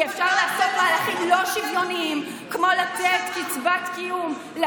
אף אחד לא אמר את זה, תלמדי משפטים.